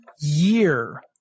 year